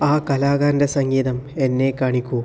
ആ കലാകാരൻ്റെ സംഗീതം എന്നെ കാണിക്കൂ